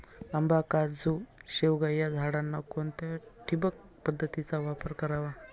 आंबा, काजू, शेवगा या झाडांना कोणत्या ठिबक पद्धतीचा वापर करावा?